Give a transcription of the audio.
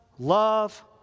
Love